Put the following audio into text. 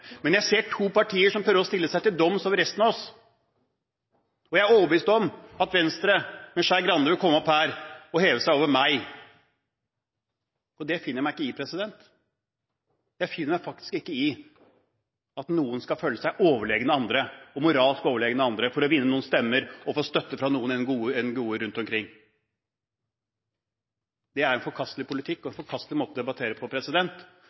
men jeg ser to partier som prøver å stille seg til doms over resten av oss, og jeg er overbevist om at Venstre, med Skei Grande, vil komme opp her og heve seg over meg. Det finner jeg meg ikke i. Jeg finner meg faktisk ikke i at noen skal føle seg overlegen andre og moralsk overlegen, alle for å vinne noen stemmer og få støtte fra noen NGO-er rundt omkring. Det er en forkastelig politikk og en forkastelig måte å debattere på.